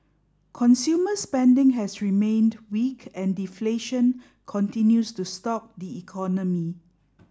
consumer spending has remained weak and deflation continues to stalk the economy